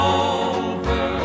over